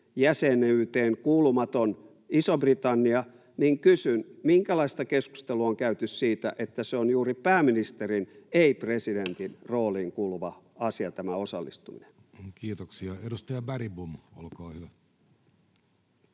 jäsenyyteen kuulumaton Iso-Britannia, niin kysyn: minkälaista keskustelua on käyty siitä, että se on juuri pääministerin, ei presidentin rooliin kuuluva asia tämä osallistuminen? Kiitoksia. — Edustaja Bergbom, olkaa hyvä.